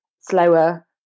slower